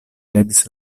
levis